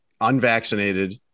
unvaccinated